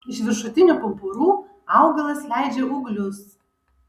iš viršutinių pumpurų augalas leidžia ūglius